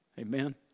Amen